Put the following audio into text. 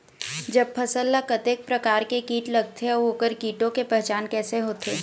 जब फसल ला कतेक प्रकार के कीट लगथे अऊ ओकर कीटों के पहचान कैसे होथे?